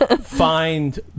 find